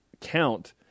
count